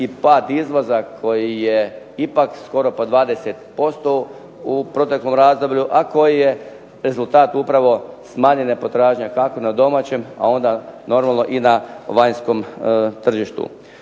i pad izvoza koji je ipak skoro po 20% u proteklom razdoblju, a koji je rezultat upravo smanjenje potražnje, kako na domaćem, a onda normalno i na vanjskom tržištu.